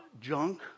junk